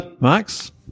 Max